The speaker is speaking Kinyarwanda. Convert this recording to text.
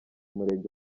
murenge